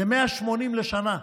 זה 180 לשנה.